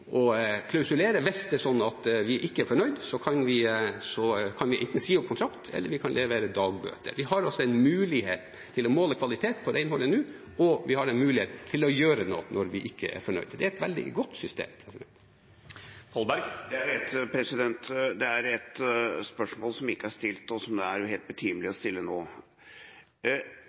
å klausulere. Hvis vi ikke er fornøyd, kan vi enten si opp kontrakten, eller vi kan levere dagbøter. Vi har nå en mulighet til å måle kvaliteten på renholdet, og vi har en mulighet til å gjøre noe når vi ikke er fornøyd. Det er et veldig godt system. Det er et spørsmål som ikke er stilt, og som det er helt betimelig å stille